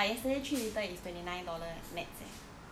but yesterday three litre is twenty nine dollars leh max eh